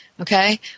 Okay